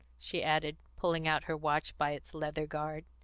she added, pulling out her watch by its leathern guard.